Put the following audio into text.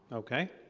ok.